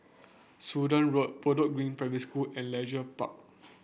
Sudan Road Bedok Green Primary School and Leisure Park